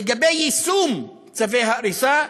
לגבי יישום צווי ההריסה,